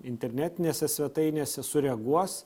internetinėse svetainėse sureaguos